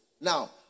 Now